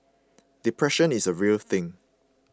depression is a real thing